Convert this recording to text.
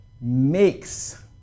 makes